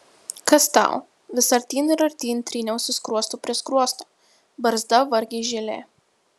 kas tau vis artyn ir artyn tryniausi skruostu prie skruosto barzda vargiai žėlė